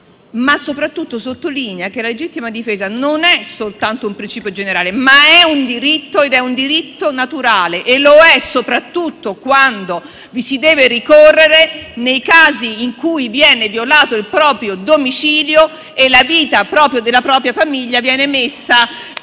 ma soprattutto sottolinea che la legittima difesa non è soltanto un principio generale, ma è un diritto, ed è un diritto naturale. E lo è soprattutto quando vi si deve ricorrere nei casi in cui viene violato il proprio domicilio e la vita propria o della propria famiglia viene messa